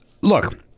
Look